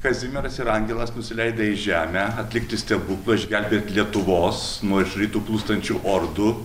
kazimieras ir angelas nusileido į žemę atlikti stebuklo išgelbėt lietuvos nuo iš rytų plūstančių ordų